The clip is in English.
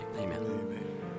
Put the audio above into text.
Amen